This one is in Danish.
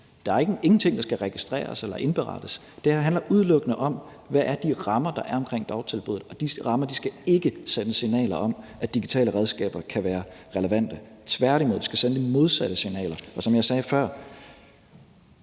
Der er ingenting, der skal registreres eller indberettes. Det her handler udelukkende om, hvad rammerne omkring dagtilbuddet er, og de rammer skal ikke sende signaler om, at digitale redskaber kan være relevante. Tværtimod skal de sende de modsatte signaler, og som jeg sagde før,